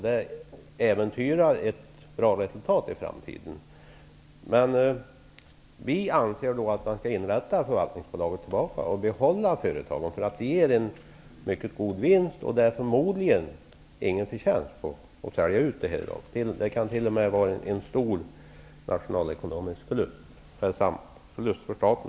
Det äventyrar ett bra resultat i framtiden. Vi anser att man skall inrätta förvaltningsbolaget på nytt och behålla företagen, för de ger mycket god vinst. Däremot ger det förmodligen ingen vinst att sälja ut dem i dag. Det kan t.o.m. vara en stor förlust för staten.